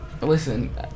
Listen